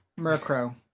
Murkrow